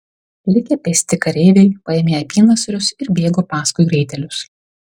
likę pėsti kareiviai paėmė apynasrius ir bėgo paskui raitelius